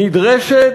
נדרשת,